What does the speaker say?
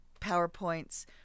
PowerPoints